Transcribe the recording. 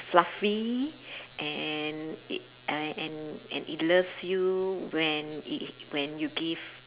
fluffy and it uh and and it loves you when it when you give